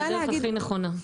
זאת הדרך הכי הנכונה.